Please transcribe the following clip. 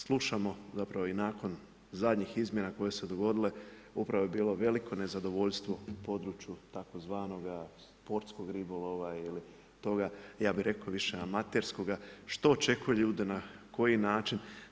Slušamo zapravo i nakon zadnjih izmjena koje su se dogodile, upravo je bilo veliko nezadovoljstvo u području tzv. sportskog ribolova ili toga, ja bih rekao više amaterskoga, što očekuje ljude na koji način.